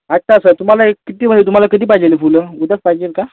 आत्ता सर तुम्हाला हे कित्ती म्हणजे तुम्हाला किती पाहिजे ही फुलं उद्याच पाहिजे का